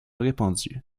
répandue